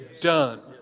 done